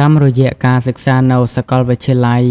តាមរយៈការសិក្សានៅសាកលវិទ្យាល័យ